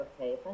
okay